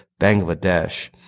Bangladesh